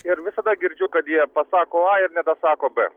ir visada girdžiu kad jie pasako a ir nebesako b